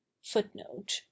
footnote